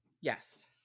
Yes